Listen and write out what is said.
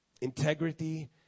Integrity